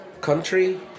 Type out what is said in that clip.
country